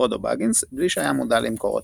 פרודו בגינס, בלי שהיה מודע למקורותיה.